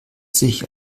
sich